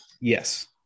yes